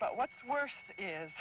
but what's worse is